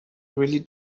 really